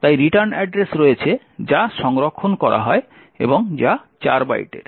তাই return address রয়েছে যা সংরক্ষণ করা হয় যা 4 বাইটের